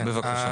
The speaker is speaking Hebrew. עידו, נמשיך.